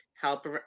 help